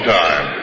time